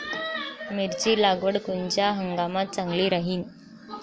मिरची लागवड कोनच्या हंगामात चांगली राहीन?